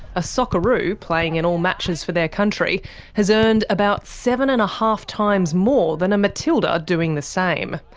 a socceroo playing in all matches for their country has earned about seven and a half times more than a matilda doing the same.